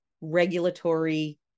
regulatory